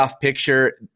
picture